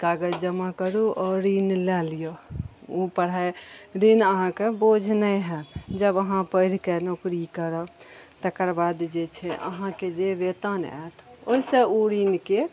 कागज जमा करू आओर ऋण लए लियऽ ओ पढ़ाइ ऋण अहाँके बोझ नहि होएत जब अहाँ पढ़ि कए नोकरी करब तकर बाद जे छै अहाँके जे वेतन आयत ओहि सऽ ओ ऋणके